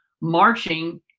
marching